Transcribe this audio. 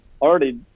already